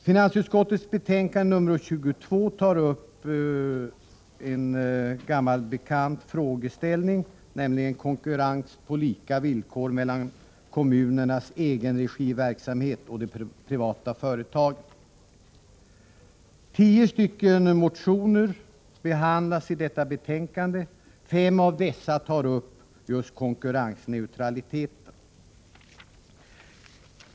Finansutskottets betänkande 22 behandlar frågan om konkurrensen mellan kommunernas egenregiverksamhet och de privata företagen. Tio motioner behandlas i detta betänkande. Fem av dessa tar upp just konkurrensneutralitet.